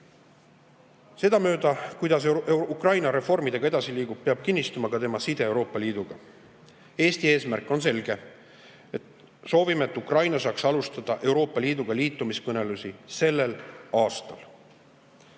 riikidesse. Sedamööda, kuidas Ukraina reformidega edasi liigub, peab kinnistuma ka tema side Euroopa Liiduga. Eesti eesmärk on selge: soovime, et Ukraina saaks alustada Euroopa Liiduga liitumise kõnelusi sellel aastal.